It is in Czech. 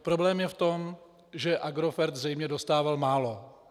Problém je v tom, že Agrofert zřejmě dostával málo.